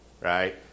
right